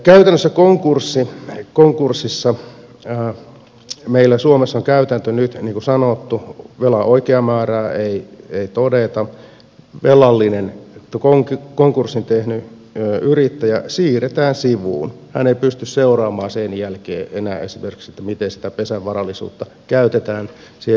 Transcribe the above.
käytännössä konkurssissa meillä suomessa on nyt se käytäntö niin kuin sanottu että velan oikeaa määrää ei todeta velallinen konkurssin tehnyt yrittäjä siirretään sivuun hän ei pysty seuraamaan sen jälkeen enää esimerkiksi sitä miten sitä pesän varallisuutta käytetään siihen velkojen hoitoon